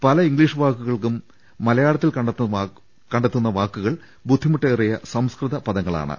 പല ഇംഗ്ലീഷ് വാക്കുകൾക്കും പകരം മലയാള ത്തിൽ കണ്ടെത്തുന്ന വാക്കുകൾ ബുദ്ധിമുട്ടേറിയ സംസ്കൃത പദങ്ങളാ ണ്